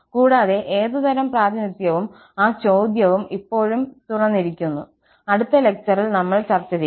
കൂടാതെ ഏതുതരം പ്രാതിനിധ്യവും ആ ചോദ്യവും ഇപ്പോഴും തുറന്നിരിക്കുന്നു അടുത്ത ലെക്ചറിൽ നമ്മൾ ചർച്ച ചെയ്യും